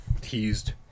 teased